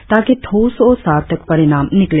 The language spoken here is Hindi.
ताकि ठोस और सार्थक परिणाम निकले